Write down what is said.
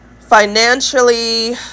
financially